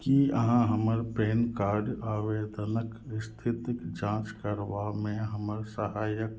कि अहाँ हमर पैन कार्ड आवेदनक इस्थितिके जाँच करबामे हमर सहायता